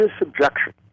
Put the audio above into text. objection